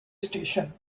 station